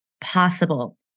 possible